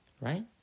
Right